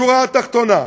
השורה התחתונה,